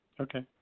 Okay